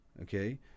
okay